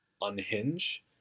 unhinge